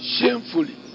shamefully